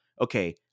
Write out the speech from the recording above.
okay